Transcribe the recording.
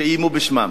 שאיימו בשמם.